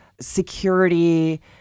security